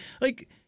Like-